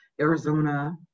Arizona